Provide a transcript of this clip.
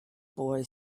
boy